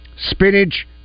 spinach